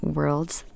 World's